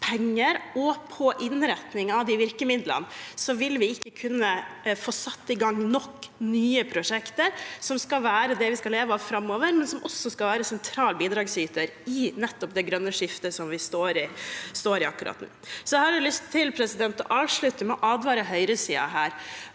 og innretning av de virkemidlene, vil vi ikke kunne få satt i gang nok nye prosjekter som skal være det vi skal leve av framover, men som også skal være en sentral bidragsyter i nettopp det grønne skiftet vi står i akkurat nå. Jeg har lyst til å avslutte med å advare høyresiden her